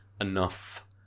enough